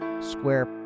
Square